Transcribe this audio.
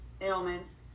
ailments